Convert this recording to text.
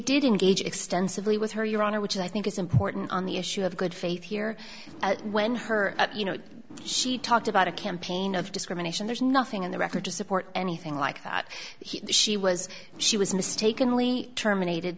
didn't gauge extensively with her your honor which i think is important on the issue of good faith here when her you know so she talked about a campaign of discrimination there's nothing in the record to support anything like that she was she was mistakenly terminated